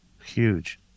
Huge